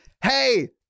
hey